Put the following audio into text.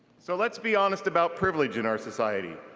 so let's be honest about privilege in our society.